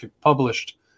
published